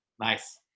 Nice